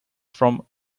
from